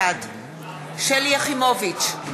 בעד שלי יחימוביץ,